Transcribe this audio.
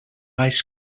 ice